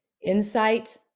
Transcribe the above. insight